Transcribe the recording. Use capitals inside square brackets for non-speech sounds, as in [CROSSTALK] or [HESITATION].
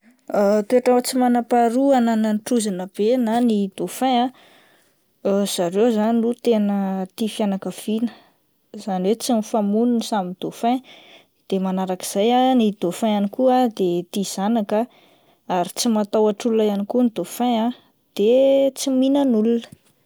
[HESITATION] Toetra tsy manam-paharoa ananan'ny trozona be na ny dauphin ah [HESITATION] zareo zany aloha tena tia fianakaviana izany hoe tsy mifamono ny samy dauphin de manaraka izay ah ny dauphin ihany koa ah de tia zanaka ary tsy matahotra olona koa ny dauphin de tsy mihinana olona.